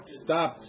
stop